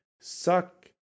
suck